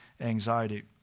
anxiety